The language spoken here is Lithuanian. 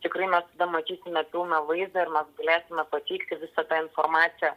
tikrai mes tada matysime pilną vaizdą ir mes galėsime pateikti visą tą informaciją